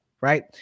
right